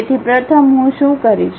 તેથી પ્રથમ હું શું કરીશ